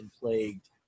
plagued